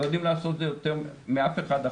לא יודעים לעשות את זה יותר טוב מאף אחד אחר.